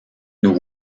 nous